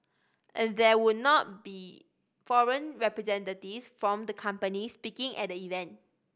and there would not be foreign representatives from the companies speaking at the event